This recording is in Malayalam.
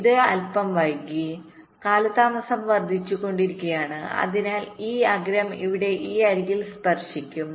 ഇത് അൽപ്പം വൈകി കാലതാമസം വർദ്ധിച്ചുകൊണ്ടിരിക്കുകയാണ് അതിനാൽ ഈ അഗ്രം ഇവിടെ ഈ അരികിൽ സ്പർശിക്കും